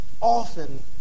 often